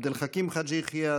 עבד אל חכים חאג' יחיא,